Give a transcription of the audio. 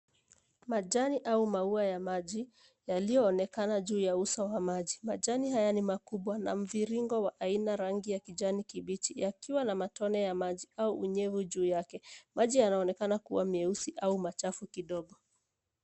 Majani au maua ya maji yaliyoonekana juu ya uso wa maji. Majani haya ni makubwa na mviringo wa aina ya kijani kibichi. Yakiwa na matone ya maji au unyevu juu yake. Maji yanaonekana kuwa meusi au machafu kidogo.